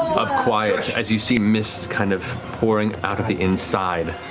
of quiet as you see mist kind of pouring out of the inside.